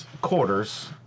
quarters